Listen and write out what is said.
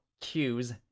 cues